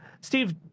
Steve